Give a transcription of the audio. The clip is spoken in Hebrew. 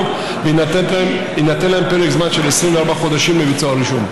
ויינתן להם פרק זמן של 24 חודשים לביצוע רישום.